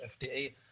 FDA